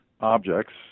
objects